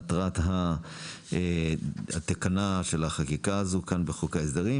מטרת התקנה של החקיקה הזאת בחוק ההסדרים